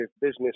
business